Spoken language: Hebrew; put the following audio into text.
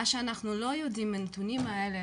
מה שאנחנו לא יודעים מהנתונים האלה,